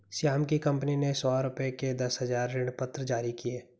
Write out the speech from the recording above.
श्याम की कंपनी ने सौ रुपये के दस हजार ऋणपत्र जारी किए